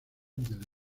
del